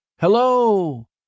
Hello